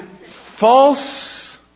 false